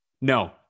No